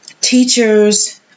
teachers